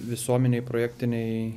visuomenei projektiniai